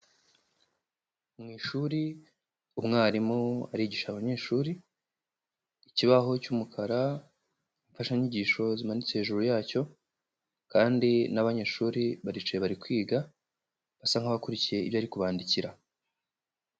Mu ishuri umwarimu arigisha abanyeshuri, ikibaho cy'umukara, imfashanyigisho zimanitse hejuru yacyo kandi n'abanyeshuri baricaye bari kwiga basa nka bakurikiye ibyo ari kubandikira.